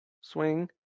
Swing